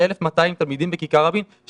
הוא הדיון הכי חשוב שנערך בכנסת בזמן האחרון.